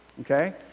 Okay